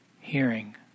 hearing